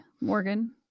Morgan